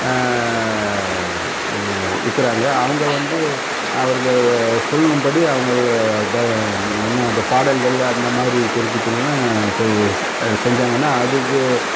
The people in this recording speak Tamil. இருக்குறாங்க அவங்க வந்து அவர்கள் சொல்லும்படி அவங்க அதை என்ன அதை பாடல்கள் அந்த மாதிரி தெருக்கூத்துலெலான் செஞ்சாங்கன்னால் அதுக்கு